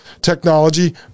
technology